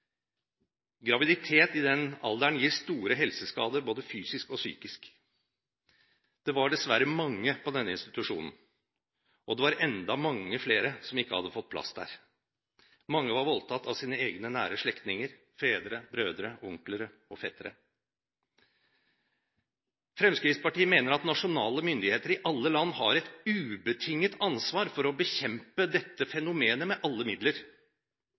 Graviditet i den alderen gir store helseskader både fysisk og psykisk. Det var dessverre mange på denne institusjonen, og det var enda mange flere som ikke hadde fått plass der. Mange var voldtatt av sine egne nære slektninger – fedre, brødre, onkler og fettere. Fremskrittspartiet mener at nasjonale myndigheter i alle land har et ubetinget ansvar for å bekjempe dette fenomenet med alle midler.